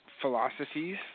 philosophies